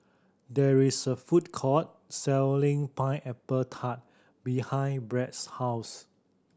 there is a food court selling Pineapple Tart behind Brad's house